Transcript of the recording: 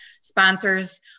sponsors